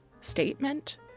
statement